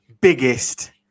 biggest